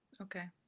Okay